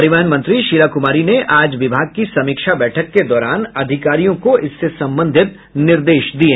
परिवहन मंत्री शीला कुमारी ने आज विभाग की समीक्षा बैठक के दौरान अधिकारियों को इससे संबंधित निर्देश दिये